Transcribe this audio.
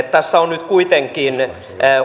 tässä on nyt kuitenkin